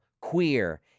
queer